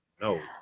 No